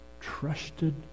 trusted